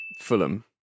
Fulham